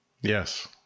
Yes